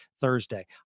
Thursday